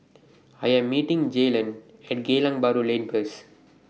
I Am meeting Jaylon At Geylang Bahru Lane First